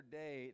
day